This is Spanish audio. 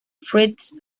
fritz